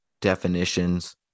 definitions